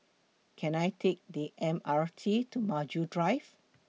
Can I Take The M R T to Maju Drive